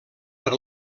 per